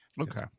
Okay